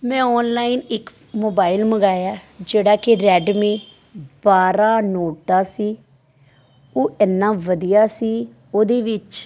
ਮੈਂ ਔਨਲਾਈਨ ਇੱਕ ਮੋਬਾਇਲ ਮੰਗਵਾਇਆ ਜਿਹੜਾ ਕਿ ਰੈੱਡਮੀ ਬਾਰਾਂ ਨੋਟ ਦਾ ਸੀ ਉਹ ਇੰਨਾ ਵਧੀਆ ਸੀ ਉਹਦੇ ਵਿੱਚ